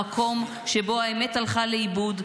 המקום שבו האמת הלכה לאיבוד,